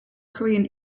korean